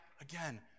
again